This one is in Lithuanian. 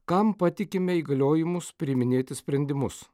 kam patikime įgaliojimus priiminėti sprendimus